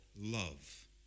love